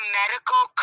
medical